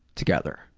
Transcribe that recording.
together.